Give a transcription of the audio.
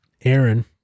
Aaron